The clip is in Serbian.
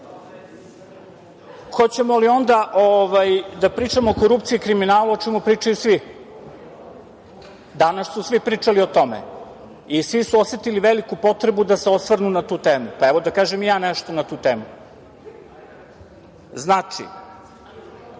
li onda da pričamo o korupciji i kriminalu, o čemu pričaju svi? Danas su svi pričali o tome i svi su osetili veliku potrebu da se osvrnu na tu temu. Evo, da kažem i ja nešto na tu temu. Znači,